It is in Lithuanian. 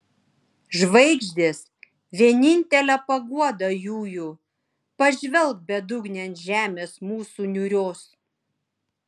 žvaigždės vienintele paguoda jųjų pažvelk bedugnėn žemės mūsų niūrios